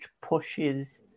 pushes